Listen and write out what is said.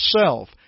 self